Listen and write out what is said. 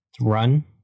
Run